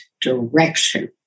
direction